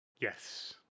Yes